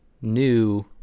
new